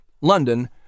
London